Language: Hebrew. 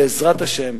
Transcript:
בעזרת השם,